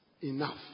enough